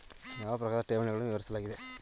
ಯಾವ ಪ್ರಕಾರದ ಠೇವಣಿಗಳನ್ನು ವಿವರಿಸಲಾಗಿದೆ?